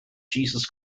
jesus